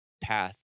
path